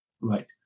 Right